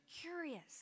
curious